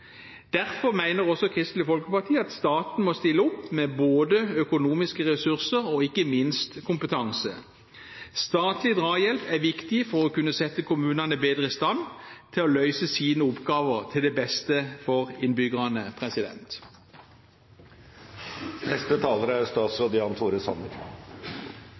Derfor mener også Kristelig Folkeparti at staten må stille opp med både økonomiske ressurser og – ikke minst – kompetanse. Statlig drahjelp er viktig for å sette kommunene bedre i stand til å kunne løse sine oppgaver til det beste for innbyggerne.